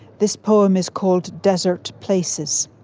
this poem is called desert places.